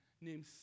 named